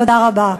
תודה רבה.